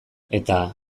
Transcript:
eta